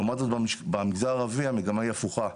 לעומת זאת במגזר הערבי המגמה היא הפוכה.